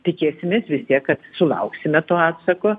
tikėsimės vis tiek kad sulauksime to atsako